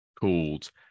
called